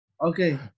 Okay